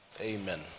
Amen